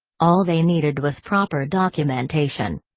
all they needed was proper documentation.